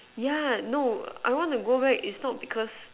yeah no I want to back it's not because